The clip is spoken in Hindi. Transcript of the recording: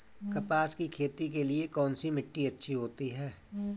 कपास की खेती के लिए कौन सी मिट्टी अच्छी होती है?